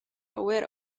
aware